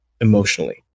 emotionally